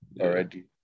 already